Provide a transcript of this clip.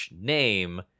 name